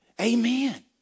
Amen